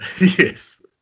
Yes